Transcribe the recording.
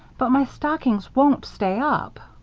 but my stockings won't stay up.